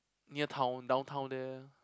near town downtown there